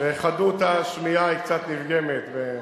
וחדות השמיעה קצת נפגמת.